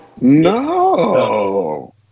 No